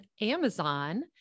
Amazon